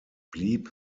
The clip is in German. blieb